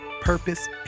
purpose